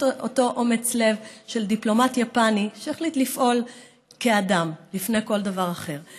אותו אומץ לב של דיפלומט יפני שהחליט לפעול כאדם לפני כל אדם אחר.